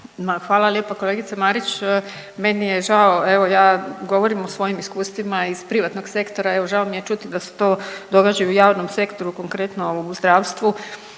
hvala lijepo kolegice Marić, meni je žao evo ja govorim o svojim iskustvima iz privatnog sektora, evo žao mi je čuti da se to događa i u javnom sektoru konkretno u zdravstvu.